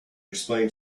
explain